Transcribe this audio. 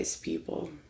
people